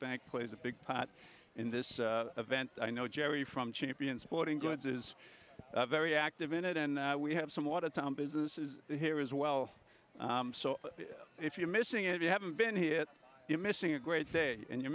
bank plays a big part in this event i know jerry from champion sporting goods is very active in it and we have somewhat a town businesses here as well so if you're missing if you haven't been hit you're missing a great day and you're